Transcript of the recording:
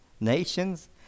nations